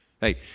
Hey